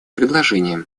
предложением